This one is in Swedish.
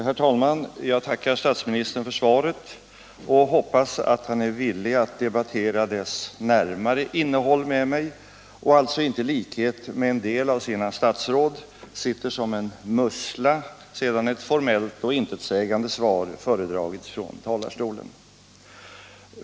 Herr talman! Jag tackar statsministern för svaret och hoppas han är villig att debattera dess närmare innehåll med mig och alltså inte i likhet med vissa av sina statsråd sitter som en mussla sedan ett formellt och intetsägande svar föredragits från talarstolen.